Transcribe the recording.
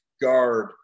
guard